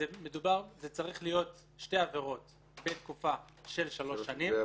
צריכות להיות שתי עבירות בתקופה של שלוש שנים,